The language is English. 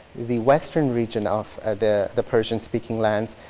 the western region of the the persian speaking lands,